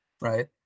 right